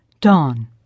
Dawn